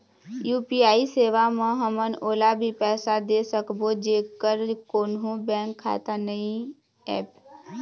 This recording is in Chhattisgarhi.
यू.पी.आई सेवा म हमन ओला भी पैसा दे सकबो जेकर कोन्हो बैंक खाता नई ऐप?